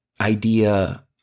idea